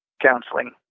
counseling